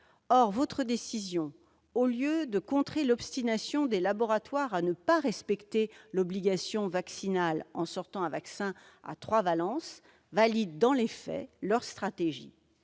Or votre décision, au lieu de contrer l'obstination des laboratoires à ne pas respecter l'obligation vaccinale en sortant un vaccin à trois valences, valide, dans les faits, leur stratégie.